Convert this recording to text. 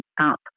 up